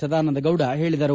ಸದಾನಂದ ಗೌಡ ಹೇಳಿದರು